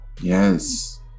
yes